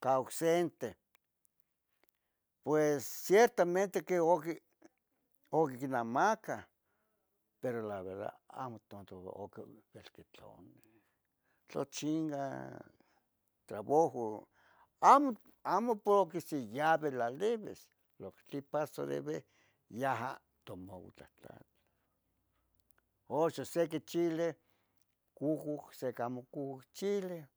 cah ocsente pues ciertamente que oqui oc icnamacah ero la verdad amo tonto oc velque tomin, tla chinga, trabujo. Amo, amo porque siysvi tllivis, lo que tlen pasarivi yajah tomovan tlahtlatlah. Oxon sequi chili cucuc, sequi amo cucuc chili